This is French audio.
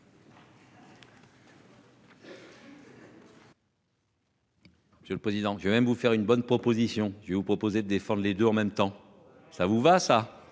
Monsieur le président. Je vais même vous faire une bonne proposition. Je vais vous proposer défendent les deux en même temps ça vous va ça.